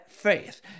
faith